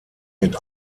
mit